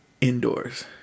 indoors